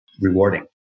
rewarding